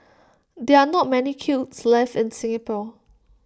there are not many kilns left in Singapore